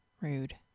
rude